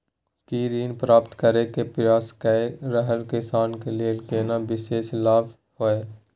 की ऋण प्राप्त करय के प्रयास कए रहल किसान के लेल कोनो विशेष लाभ हय?